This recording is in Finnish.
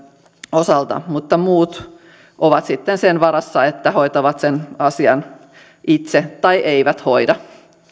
osalta mutta muut ovat sitten sen varassa että hoitavat sen asian itse tai eivät hoida